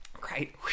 Great